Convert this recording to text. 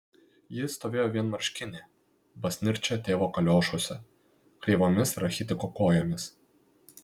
ji stovėjo vienmarškinė basnirčia tėvo kaliošuose kreivomis rachitiko kojomis